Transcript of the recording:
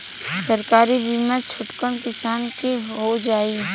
सरकारी बीमा छोटकन किसान क हो जाई?